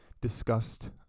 discussed